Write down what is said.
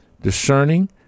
discerning